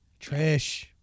Trish